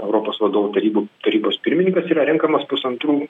europos vadovų tarybų tarybos pirmininkas yra renkamas pusantrų